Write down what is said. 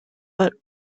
but